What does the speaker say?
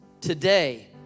Today